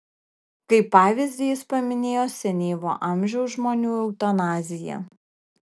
kaip pavyzdį jis paminėjo senyvo amžiaus žmonių eutanaziją